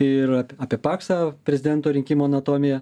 ir apie paksą prezidento rinkimų anatomija